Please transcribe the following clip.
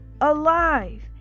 alive